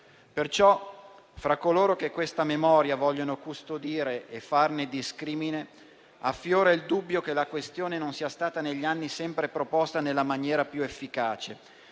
Perciò, fra coloro che questa memoria vogliono custodire e vogliono farne discrimine, affiora il dubbio che negli anni la questione non sia stata sempre proposta nella maniera più efficace,